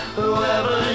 whoever